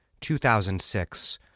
2006